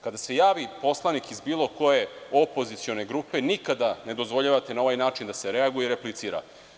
Kada se javi poslanik iz bilo koje opozicione grupe nikada ne dozvoljavate na ovaj način da se reaguje i replicira.